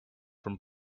from